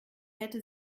hätte